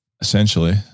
essentially